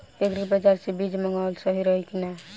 Agri बाज़ार से बीज मंगावल सही रही की ना?